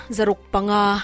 Zarukpanga